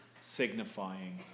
signifying